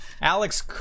Alex